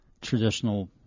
traditional